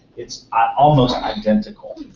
it's ah almost identical.